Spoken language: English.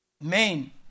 main